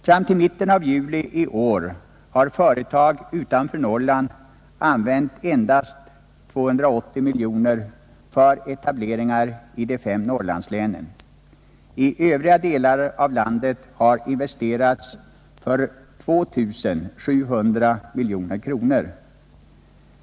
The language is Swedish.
Fram till mitten av juli i år har företag utanför Norrland använt endast 280 miljoner kronor för etableringar i de fem Norrlandslänen. I övriga delar av landet har investerats för 2 700 miljoner kronor.